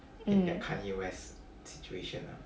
mm